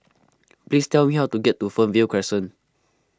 please tell me how to get to Fernvale Crescent